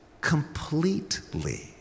Completely